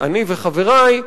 אני וחברי,